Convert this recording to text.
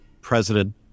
President